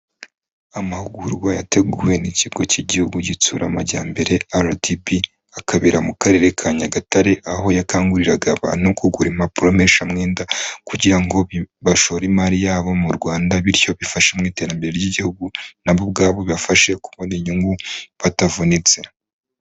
Amahugurwa yateguwe n'ikigo cy'igihugu gitsura amajyambere RDB, akabera mu Karere ka Nyagatare, aho yakanguriraga abantu kugura impapuro mpesha mwenda, kugira ngo bashora imari yabo mu Rwanda bityo bifasha mu iterambere ry'igihugu, na bo ubwabo bibafashe kubona inyungu batavunitse.